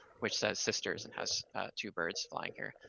which says sisters and has two birds flying here.